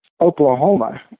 Oklahoma